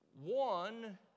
One